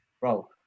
Bro